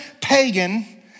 pagan